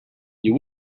you